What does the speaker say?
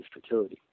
fertility